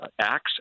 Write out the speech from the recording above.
Acts